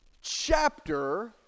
chapter